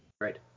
Right